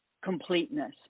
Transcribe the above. completeness